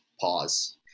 Pause